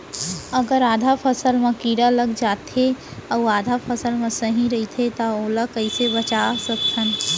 अगर आधा फसल म कीड़ा लग जाथे अऊ आधा फसल ह सही रइथे त ओला कइसे बचा सकथन?